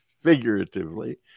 figuratively